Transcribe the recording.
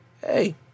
hey